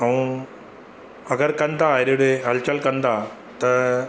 ऐं अगरि कनि था हेॾे होॾे हलचल कंदा त